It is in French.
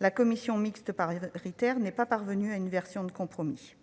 La commission mixte paritaire n'est pas parvenue à une version de compromis.